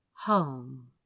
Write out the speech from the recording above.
home